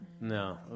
no